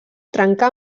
trencar